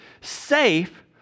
safe